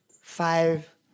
Five